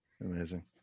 Amazing